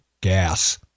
gas